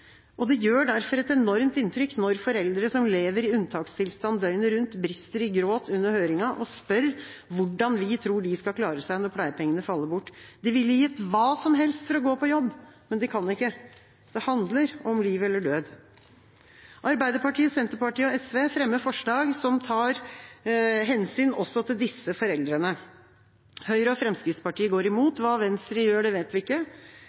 og det gjør derfor et enormt inntrykk når foreldre som lever i unntakstilstand døgnet rundt, brister i gråt under høringen og spør hvordan vi tror de skal klare seg når pleiepengene faller bort. De ville gitt hva som helst for å kunne gå på jobb, men de kan ikke. Det handler om liv eller død. Arbeiderpartiet, Senterpartiet og SV fremmer forslag som tar hensyn også til disse foreldrene. Høyre og Fremskrittspartiet går imot. Hva Venstre gjør, vet vi ikke.